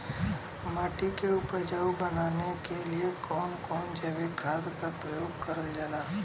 माटी के उपजाऊ बनाने के लिए कौन कौन जैविक खाद का प्रयोग करल जाला?